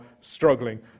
struggling